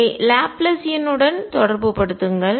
அதை லாப்லாசியனுடன் தொடர்புபடுத்துங்கள்